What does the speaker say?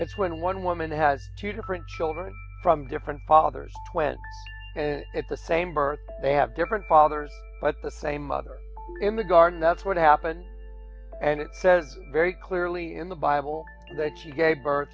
it's when one woman has two different children from different fathers when at the same birth they have different fathers but the same mother in the garden that's what happened and it says very clearly in the bible that she gave birth